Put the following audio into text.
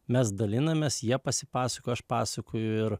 mes dalinamės jie pasipasakojaaš pasakoju ir